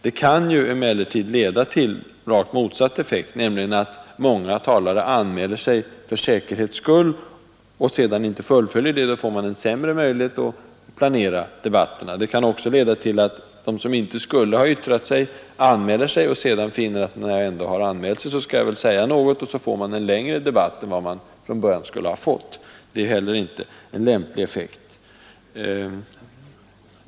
Det kan emellertid leda till rakt motsatt effekt, nämligen att många talare anmäler sig för säkerhets skull och sedan inte fullföljer detta. Då får man sämre möjlighet att planera debatterna. Det kan också leda till att de, som annars inte skulle ha yttrat sig, anmäler sig och sedan finner att, när de ändå har anmält sig, skall de väl säga något, och så får man en onödigt lång debatt. Det är heller inte en lämplig effekt.